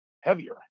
heavier